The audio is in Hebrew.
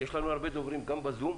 ויש לנו הרבה דוברים גם בזום,